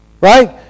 right